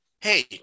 Hey